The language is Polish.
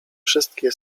wszystkie